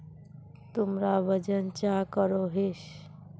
तुमरा वजन चाँ करोहिस?